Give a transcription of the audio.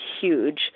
huge